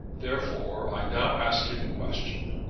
therefore i now ask you the question.